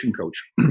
coach